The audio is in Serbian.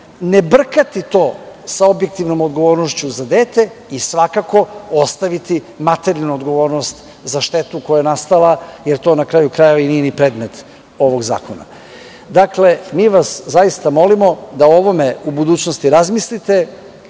ne brkati to sa objektivnom odgovornošću za dete i svakako ostaviti materijalnu odgovornost za štetu koja je nastala jer to, na kraju krajeva, nije ni predmet ovog zakona. Dakle, mi vas zaista molimo da o ovome u budućnosti razmislite